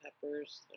peppers